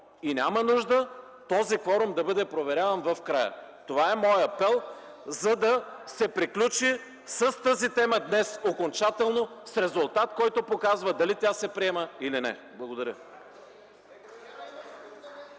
И няма нужда този кворум да бъде проверяван в края. Това е моят апел, за да се приключи с тази тема днес окончателно – с резултат, който показва дали тя се приема или не. Благодаря.